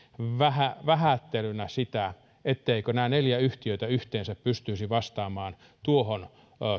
vähättelynä sitä etteivätkö nämä neljä yhtiötä yhteensä pystyisi vastaamaan tuohon